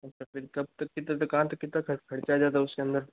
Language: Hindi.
फिर कब तक कितना तक कहाँ तक कितना खर्चा आ जाएगा उस के अन्दर